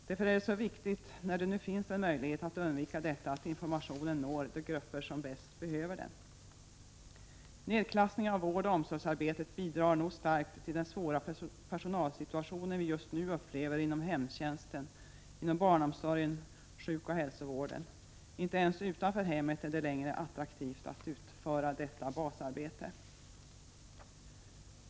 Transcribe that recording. Därför är det så viktigt, när det nu finns en möjlighet att undvika detta, att informationen når de grupper som bäst behöver den. Nedklassningen av vårdoch omsorgsarbetet bidrar nog starkt till den svåra personalsituation vi just nu upplever inom hemtjänsten, barnomsorgen och sjukoch hälsovården. Inte ens utanför hemmet är det längre attraktivt att utföra detta basarbete.